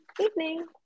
evening